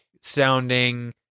sounding